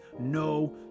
no